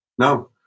No